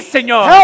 Señor